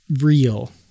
real